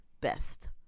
best